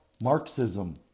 Marxism